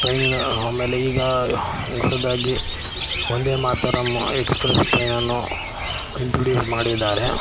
train ಆಮೇಲೆ ಈಗ ಹೊಸದಾಗಿ ವಂದೇ ಮಾತರಮ್ ಎಕ್ಸ್ಪ್ರೆಸ್ ಟ್ರೈನನ್ನು ಇಂಟ್ರಡ್ಯೂಸ್ ಮಾಡಿದ್ದಾರೆ